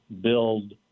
build